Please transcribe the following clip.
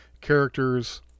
characters